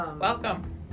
Welcome